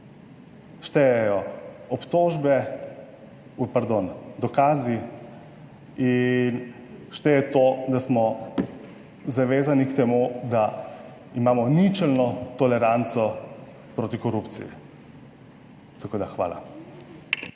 štejejo obtožbe, v pardon, dokazi, in šteje to, da smo zavezani k temu, da imamo ničelno toleranco proti korupciji, tako da, hvala.